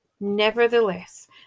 nevertheless